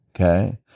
okay